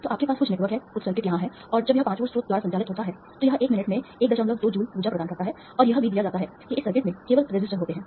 तो आपके पास कुछ नेटवर्क है कुछ सर्किट यहां है और जब यह 5 वोल्ट स्रोत द्वारा संचालित होता है तो यह 1 मिनट में 12 जूल ऊर्जा प्रदान करता है और यह भी दिया जाता है कि इस सर्किट में केवल रेसिस्टर होते हैं